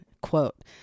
Quote